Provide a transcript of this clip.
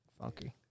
funky